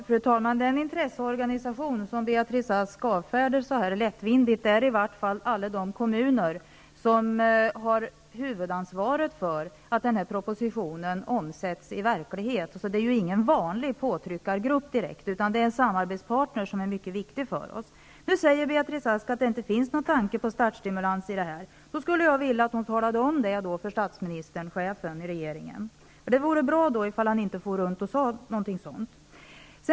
Fru talman! Den intresseorganisation som Beatrice Ask så här lättvindigt avfärdar representerar alla de kommuner som har huvudansvar för att den här propositionen omsätts i verklighet. Det är ingen vanlig påtryckargrupp direkt, utan det är en samarbetspartner som är mycket viktig för oss. Nu säger Beatrice Ask att statsbidraget till friskolorna inte är tänkt som startstimulans. Det skulle jag vilja att hon talade om för statsministern, chefen i regeringen, så att han inte far runt och säger något sådant -- det vore bra.